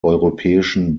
europäischen